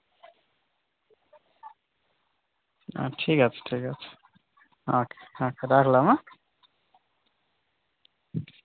হ্যাঁ ঠিক আছে ঠিক আছে আচ্ছা আচ্ছা রাখলাম হ্যাঁ